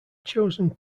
chosen